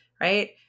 right